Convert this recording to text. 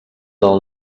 del